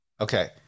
Okay